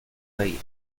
reír